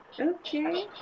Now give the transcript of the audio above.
okay